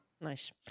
Nice